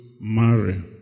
marry